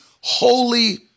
holy